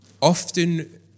Often